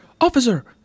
Officer